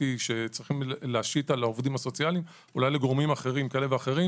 שיש להשית על העובדים הסוציאליים אולי לגורמים כאלה ואחרים